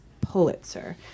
Pulitzer